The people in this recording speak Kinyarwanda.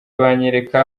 banyereka